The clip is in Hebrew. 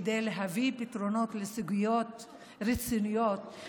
כדי להביא פתרונות לסוגיות רציניות,